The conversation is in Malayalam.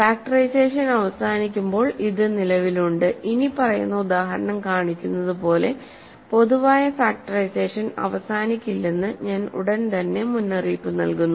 ഫാക്ടറൈസേഷൻ അവസാനിക്കുമ്പോൾ ഇത് നിലവിലുണ്ട് ഇനിപ്പറയുന്ന ഉദാഹരണം കാണിക്കുന്നതുപോലെ പൊതുവായ ഫാക്റ്ററൈസേഷൻ അവസാനിക്കില്ലെന്ന് ഞാൻ ഉടൻ തന്നെ മുന്നറിയിപ്പ് നൽകുന്നു